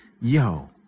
yo